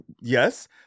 yes